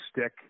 stick